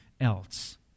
else